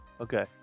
okay